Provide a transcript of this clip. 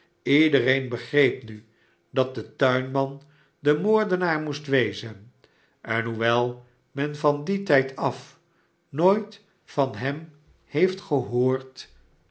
sledereen begreep nu dat de tuinman de moordemaar moest wezen en hoewel men van dien tijd af nooit van hem heeft gehoord